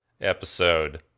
episode